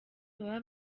baba